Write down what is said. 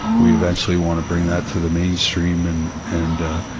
we eventually want to bring that to the mainstream and, and ah,